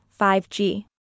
5G